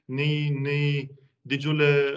nei nei didžiulė